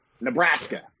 Nebraska